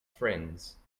friends